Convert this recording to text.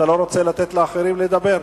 אתה לא רוצה לתת לאחרים לדבר?